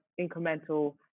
incremental